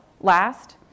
last